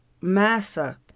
Massa